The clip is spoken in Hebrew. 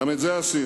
גם את זה עשינו.